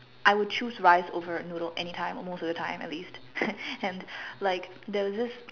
I would choose rice over noodle any time or most of the time at least and like there was this